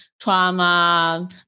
trauma